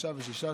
חמישה ושישה,